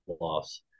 loss